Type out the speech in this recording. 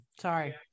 sorry